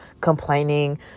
complaining